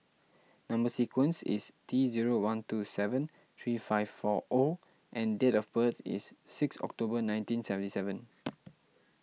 Number Sequence is T zero one two seven three five four O and date of birth is six October nineteen seventy seven